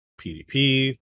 pdp